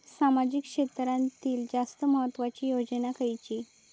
सामाजिक क्षेत्रांतील जास्त महत्त्वाची योजना खयची?